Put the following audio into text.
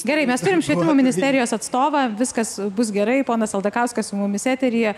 gerai mes turim švietimo ministerijos atstovą viskas bus gerai ponas aldakauskas su mumis eteryje